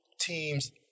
teams